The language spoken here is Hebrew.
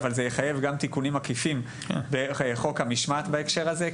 זה יחייב גם תיקונים מקיפים בחוק המשמעת בהקשר הזה,